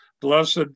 Blessed